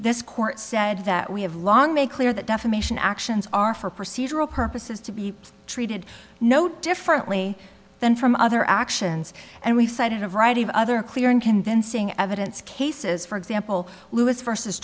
this court said that we have long make clear that defamation actions are for procedural purposes to be treated no differently than from other actions and we cited a variety of other clear and convincing evidence cases for example lewis v